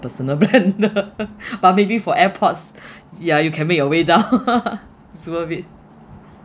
personal blender but maybe for airpods ya you can make your way down so worth it